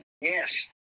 Yes